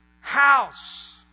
House